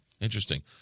Interesting